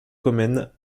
comnène